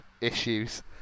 issues